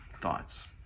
thoughts